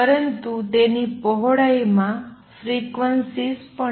પરંતુ તેની પહોળાઈમાં ફ્રીક્વન્સીઝ પણ છે